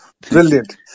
brilliant